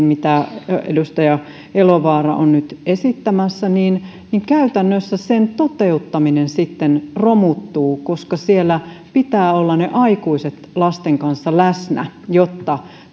mitä edustaja elovaara on nyt esittämässä menisi eteenpäin ja hyväksyttäisiin niin käytännössä sen toteuttaminen romuttuu koska siellä aikuisten pitää olla lasten kanssa läsnä jotta